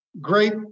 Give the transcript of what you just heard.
Great